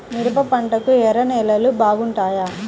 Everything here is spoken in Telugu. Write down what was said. మిరప పంటకు ఎర్ర నేలలు బాగుంటాయా?